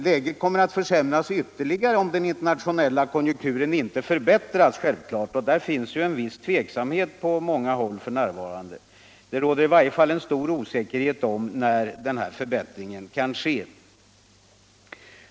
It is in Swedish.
Läget kommer att försämras ytterligare om den internationella konjunkturen inte förbättras, och därvidlag finns ju en viss tveksamhet på många håll f. n. Det råder i varje fall stor osäkerhet om när förbättringen kan ske.